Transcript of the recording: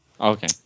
Okay